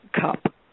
Cup